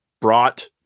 brought